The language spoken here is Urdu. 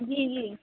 جی جی